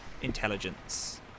intelligence